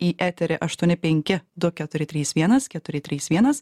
į eterį aštuoni penki du keturi trys vienas keturi trys vienas